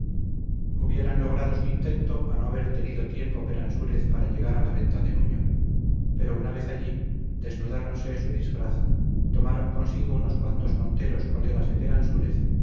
hubieran logrado su intento a no haber tenido tiempo peransúrez para llegar a la venta de nuño pero una vez allí desnudáronse su disfraz tomaron consigo unos cuantos monteros colegas de